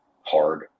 hard